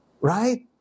Right